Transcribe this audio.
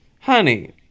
honey